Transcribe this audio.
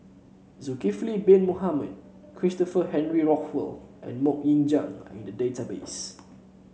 Zulkifli Bin Mohamed Christopher Henry Rothwell and MoK Ying Jang are in the database